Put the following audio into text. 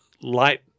Light